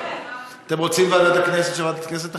אתם רוצים שוועדת הכנסת תכריע?